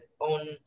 on